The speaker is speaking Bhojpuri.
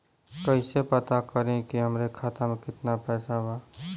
कइसे पता करि कि हमरे खाता मे कितना पैसा बा?